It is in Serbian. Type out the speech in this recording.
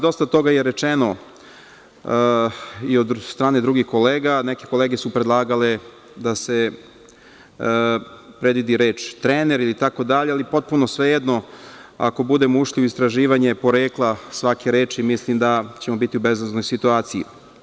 Dosta toga je rečeno i od strane drugih kolega, neke kolege su predlagale da se predvidi reč trener itd, ali je potpuno svejedno ako budemo ušli u istraživanje porekla svake reči, mislim da ćemo biti u bezizlaznoj situaciji.